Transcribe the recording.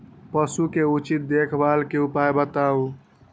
पशु के उचित देखभाल के उपाय बताऊ?